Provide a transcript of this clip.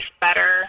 better